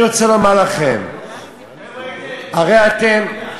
בדיוק, היום זה יום פטירת רחל אמנו.